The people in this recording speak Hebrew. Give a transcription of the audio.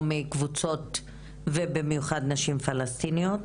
או מקבוצות ובמיוחד נשים פלסטיניות,